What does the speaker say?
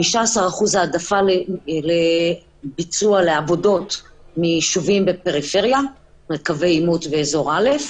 15% העדפה לביצוע לעבודות מיישובים בפריפריה וקווי עימות ואזור א',